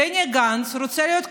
בני גנץ רוצה להיות ביבי.